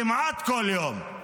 כמעט כל יום.